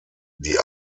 die